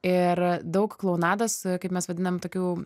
ir daug klounados kaip mes vadinam tokių